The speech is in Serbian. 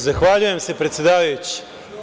Zahvaljujem se predsedavajući.